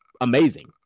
amazing